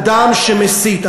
אדם שמסית,